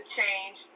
change